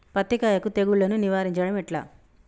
పత్తి కాయకు తెగుళ్లను నివారించడం ఎట్లా?